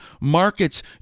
markets